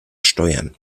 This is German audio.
steuern